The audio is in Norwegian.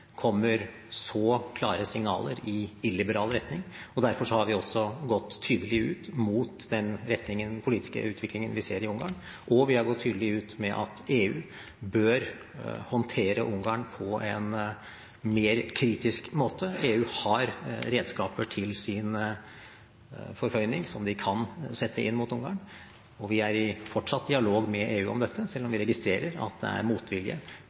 kommer så klare signaler i illiberal retning. Derfor har vi gått tydelig ut mot den politiske utviklingen vi ser i Ungarn, og vi har gått tydelig ut med at EU bør håndtere Ungarn på en mer kritisk måte. EU har redskaper til sin forføyning som de kan sette inn mot Ungarn, og vi er i fortsatt dialog med EU om dette, selv om vi registrerer at det er motvilje